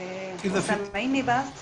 גם אם זה עדיין קרוב מבחינת